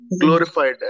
glorified